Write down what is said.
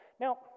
Now